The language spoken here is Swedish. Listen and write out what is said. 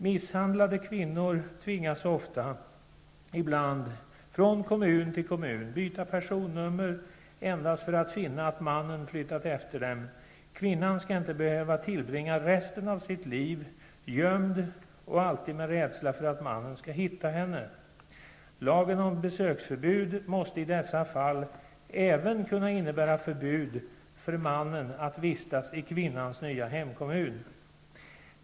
Misshandlade kvinnor tvingas ofta flytta, ibland från kommun till kommun, byta personnummer osv. -- endast för att finna att mannen flyttat efter dem. Kvinnan skall inte behöva tillbringa resten av sitt liv gömd och alltid med rädsla för att mannen skall hitta henne! Lagen om besöksförbud måste i dessa fall även kunna innebära förbud för mannen att vistas i kvinnans nya hemkommun.